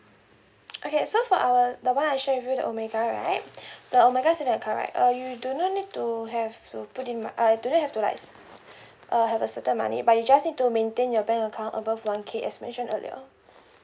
okay so for our the one I share with you the omega right the omega saving account right uh you do not need to have to put in my err do not have to like err have a certain money but you just need to maintain your bank account above one K as mentioned earlier